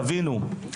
תבינו,